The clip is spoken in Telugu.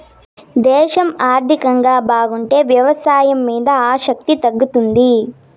దేశం ఆర్థికంగా బాగుంటే వ్యవసాయం మీద ఆసక్తి తగ్గుతుంది